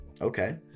okay